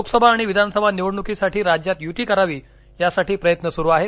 लोकसभा आणि विधानसभा निवडणुकीसाठी राज्यात युती करावी यासाठी प्रयत्न सुरू आहेत